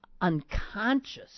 unconscious